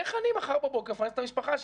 אמר אבי פרחן,